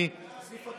ההצעה להעביר